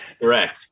Correct